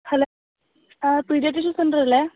hello ആ paediatrician സെൻ്ററല്ലെ